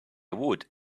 would